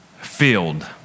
filled